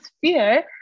fear